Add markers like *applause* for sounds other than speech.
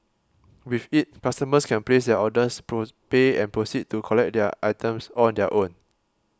with it customers can place their orders *unintelligible* pay and proceed to collect their items on their own